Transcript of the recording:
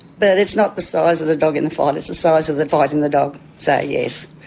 but it's not the size of the dog in the fight, it's the size of the fight in the dog, so yes,